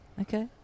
Okay